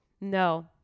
No